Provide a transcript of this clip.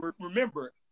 remember